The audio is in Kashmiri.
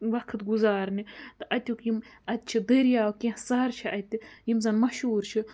وقت گُزارنہِ تہٕ اَتیُک یِم اَتہِ چھِ دٔریاو کیٚنٛہہ سَر چھِ اَتہِ یِم زَن مشہوٗر چھِ